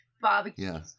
barbecue